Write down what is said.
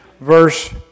verse